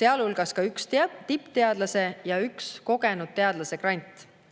sealhulgas üks tippteadlase ja üks kogenud teadlase grant.